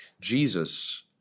Jesus